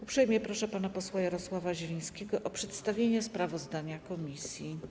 Uprzejmie proszę pana posła Jarosława Zielińskiego o przedstawienie sprawozdania komisji.